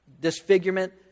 disfigurement